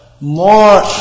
more